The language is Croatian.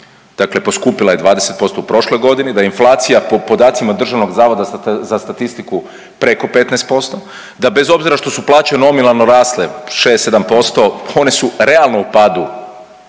dakle poskupila je 20% u prošloj godini, da je inflacija po podacima DZS-a preko 15%, da bez obzira što su plaće nominalno rasle 6, 7% one su realno u padu